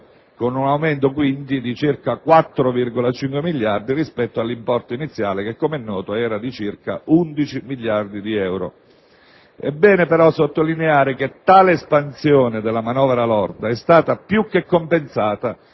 con un aumento di circa 4,5 miliardi rispetto all'importo iniziale, che era pari a circa 11 miliardi di euro. È bene sottolineare che tale espansione della manovra lorda è stata più che compensata